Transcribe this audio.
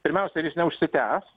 pirmiausia ar jis neužsitęs